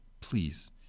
please